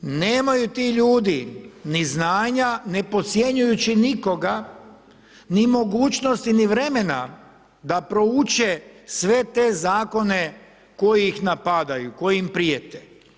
Nemaju ti ljudi ni znanja, ne podcjenjujući nikoga, ni mogućnosti ni vremena da prouče sve te zakone koji ih napadaju, koji im prijete.